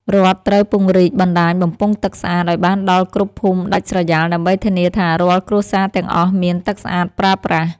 រដ្ឋត្រូវពង្រីកបណ្តាញបំពង់ទឹកស្អាតឱ្យបានដល់គ្រប់ភូមិដាច់ស្រយាលដើម្បីធានាថារាល់គ្រួសារទាំងអស់មានទឹកស្អាតប្រើប្រាស់។